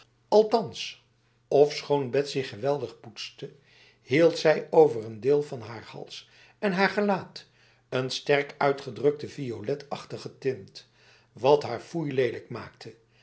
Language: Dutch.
althans ofschoon betsy geweldig poetste hield zij over een deel van haar hals en haar gelaat een sterk uitgedrukte violetachtige tint wat haar foeilelijk maakte